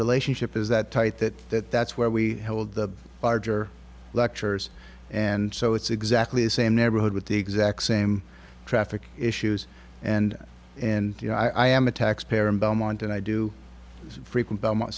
relationship is that tight that that that's where we held the larger lectures and so it's exactly the same neighborhood with the exact same traffic issues and and i am a taxpayer in belmont and i do frequent belmont